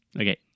Okay